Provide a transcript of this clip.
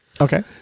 Okay